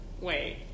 wait